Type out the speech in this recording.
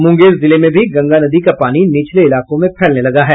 मुंगेर जिले में भी गंगा नदी का पानी निचले इलाकों में फैलने लगा है